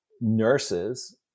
nurses